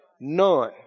None